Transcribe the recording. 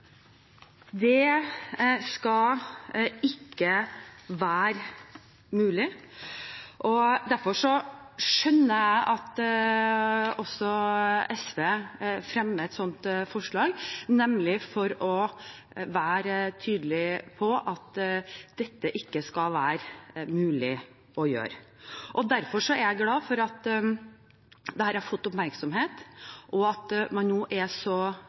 Det skal ikke være mulig, derfor skjønner jeg også at SV fremmer et slikt forslag, nemlig for å være tydelige på at dette ikke skal være mulig å gjøre. Derfor er jeg glad for at dette har fått oppmerksomhet, og at man nå er så